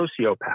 sociopath